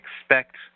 expect